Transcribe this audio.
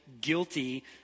guilty